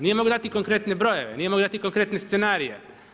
Nije mogao dati konkretne brojeve, nije mogao dati konkretne scenarije.